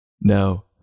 No